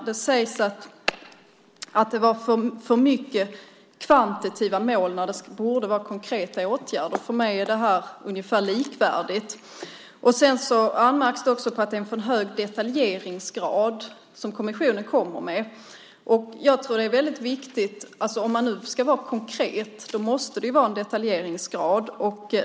Det sägs att det var för många kvantitativa mål när det borde vara konkreta åtgärder. För mig är det ungefär likvärdigt. Sedan anmärks det också på att det är en för hög detaljeringsgrad som kommissionen kommer med. Ska man vara konkret måste det vara en viss detaljeringsgrad.